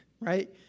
right